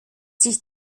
sich